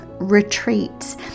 retreats